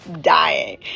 dying